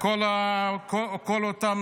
כל אותם